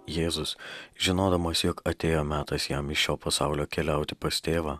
jėzus žinodamas jog atėjo metas jam iš šio pasaulio keliauti pas tėvą